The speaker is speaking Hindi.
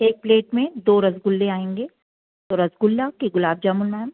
एक प्लेट में दो रसगुल्ले आएंगे तो रसगुल्ला कि गुलाब जामुन मैम